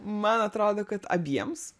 man atrodo kad abiems